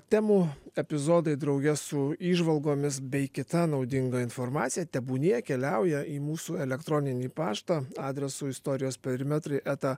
temų epizodai drauge su įžvalgomis bei kita naudinga informacija tebūnie keliauja į mūsų elektroninį paštą adresu istorijos perimetrai eta